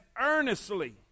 earnestly